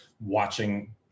watching